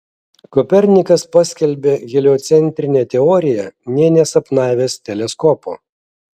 kopernikas paskelbė heliocentrinę teoriją nė nesapnavęs teleskopo